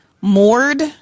Moored